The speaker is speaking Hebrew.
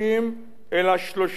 אלא 30 יום בלבד.